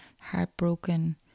heartbroken